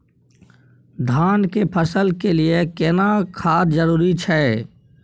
धान के फसल के लिये केना खाद जरूरी छै?